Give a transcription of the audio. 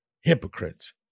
hypocrites